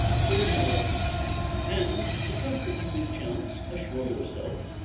true, madam and, to comfort you with chance, assure yourself,